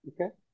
Okay